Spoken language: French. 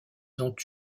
ont